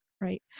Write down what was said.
right